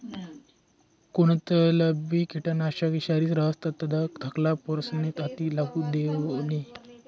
कोणतंबी किटकनाशक ईषारी रहास तधय धाकल्ला पोरेस्ना हाते लागू देवो नै